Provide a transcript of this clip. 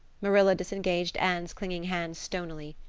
marilla disengaged anne's clinging hands stonily.